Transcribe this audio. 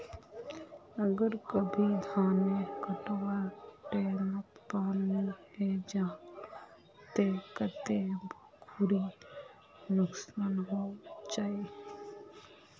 अगर कभी धानेर कटवार टैमोत पानी है जहा ते कते खुरी नुकसान होचए?